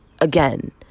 again